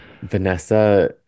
Vanessa